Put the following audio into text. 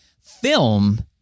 film